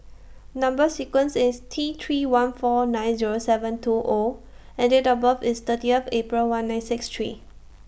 Number sequence IS T three one four nine Zero seven two O and Date of birth IS thirty F April one nine six three